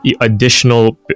additional